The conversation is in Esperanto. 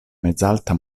mezalta